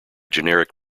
generic